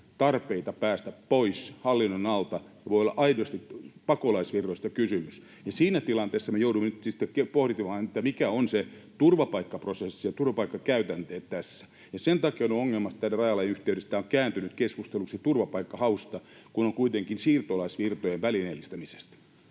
tarpeita päästä pois hallinnon alta ja voi olla aidosti pakolaisvirroista kysymys. Ja siinä tilanteessa me joudumme nyt sitten pohtimaan, mikä on se turvapaikkaprosessi, turvapaikkakäytänteet, tässä. Sen takia on ongelmallista tämän rajalain yhteydessä, että tämä on kääntynyt keskusteluksi turvapaikkahausta, kun on kuitenkin siirtolaisvirtojen välineellistämisestä